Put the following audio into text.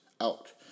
out